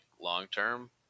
long-term